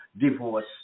Divorce